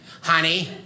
honey